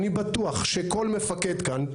אני בטוח שכל מפקד כאן,